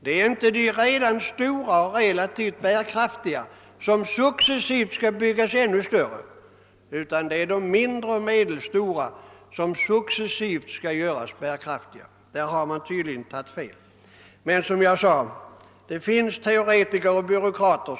Det är inte de redan stora och relativt bärkraftiga som successivt skall byggas ännu större, utan det är de mindre och medelstora som successivt skall göras bärkraftiga. På den punkten har man tydligen tagit fel.